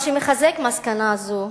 מה שמחזק מסקנה זו,